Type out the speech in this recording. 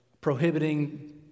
prohibiting